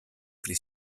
pri